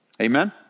Amen